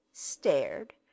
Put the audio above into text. stared